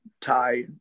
tie